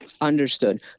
understood